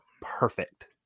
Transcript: perfect